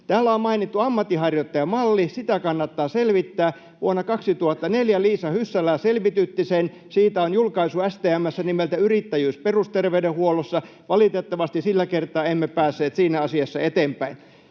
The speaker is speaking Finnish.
Täällä on mainittu ammatinharjoittajamalli, sitä kannattaa selvittää. Vuonna 2004 Liisa Hyssälä selvitytti sen — siitä on STM:ssä julkaisu nimeltä Yrittäjyys perusterveydenhuollossa. Valitettavasti sillä kertaa emme päässeet siinä asiassa eteenpäin.